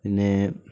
പിന്നെ